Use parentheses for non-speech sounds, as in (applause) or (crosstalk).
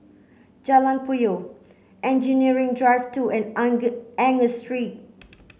Jalan Puyoh Engineering Drive two and (unintelligible) Angus Street